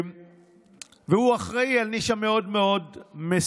הוא אחראי על נישה מאוד מאוד מסוימת.